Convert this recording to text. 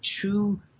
true